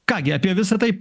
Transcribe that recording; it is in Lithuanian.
ką gi apie visa tai